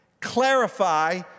clarify